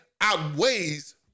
outweighs